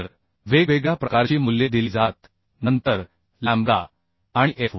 तर वेगवेगळ्या प्रकारची मूल्ये दिली जातात नंतर लॅम्बडा आणि एफ